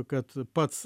kad pats